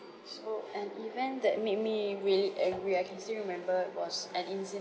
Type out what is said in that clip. so an event that made me really angry I can still remember it was an incident